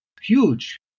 huge